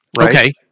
Okay